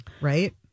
right